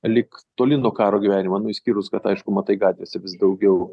lyg toli nuo karo gyvenimo nu išskyrus kad aišku matai gatvėse vis daugiau